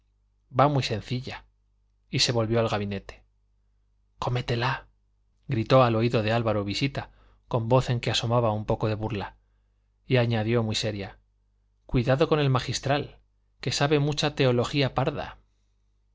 va muy sencilla y se volvió al gabinete cómetela gritó al oído de álvaro visita con voz en que asomaba un poco de burla y añadió muy seria cuidado con el magistral que sabe mucha teología parda